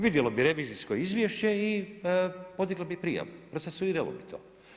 Vidjelo bi revizijsko izvješće i podiglo bi prijavu, procesuiralo bi to.